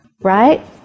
Right